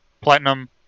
Platinum